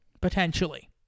potentially